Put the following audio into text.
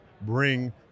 bring